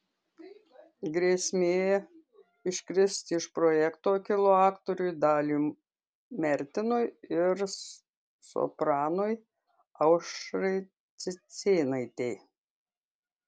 grėsmė iškristi iš projekto kilo aktoriui daliui mertinui ir sopranui aušrai cicėnaitei